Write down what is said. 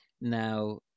Now